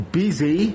busy